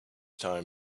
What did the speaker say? time